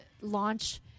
launch